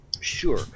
Sure